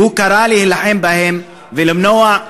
וקרא להילחם בהם ולמנוע,